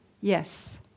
Yes